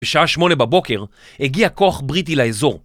בשעה שמונה בבוקר הגיע כוח בריטי לאזור.